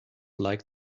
like